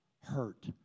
hurt